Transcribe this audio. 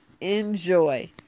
Enjoy